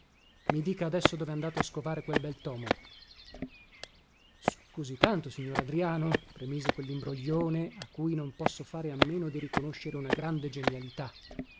i dica adesso dovè andato a scovare quel bel tomo scusi tanto signor adriano premise quellimbroglione a cui non posso fare a meno di riconoscere una grande genialità